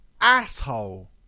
asshole